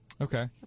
Okay